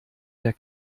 der